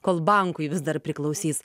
kol bankui vis dar priklausys